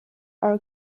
are